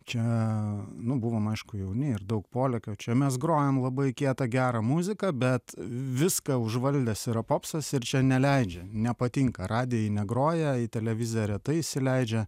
čia nu buvom aišku jauni ir daug polėkio čia mes grojam labai kietą gerą muziką bet viską užvaldęs yra popsas ir čia neleidžia nepatinka radijoj negroja į televiziją retai įsileidžia